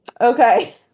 Okay